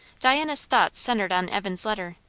diana's thoughts centred on evan's letter.